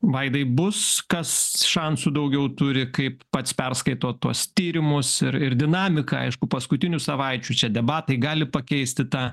vaidai bus kas šansų daugiau turi kaip pats perskaitot tuos tyrimus ir ir dinamiką aišku paskutinių savaičių čia debatai gali pakeisti tą